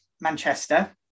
Manchester